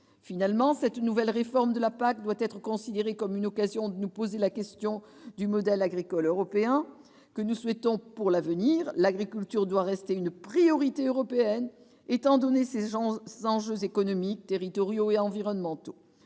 Finalement, la nouvelle réforme de la PAC doit être considérée comme une occasion de nous poser la question du modèle agricole européen que nous souhaitons pour l'avenir : l'agriculture doit rester une priorité européenne, au vu de ses enjeux économiques, territoriaux et environnementaux.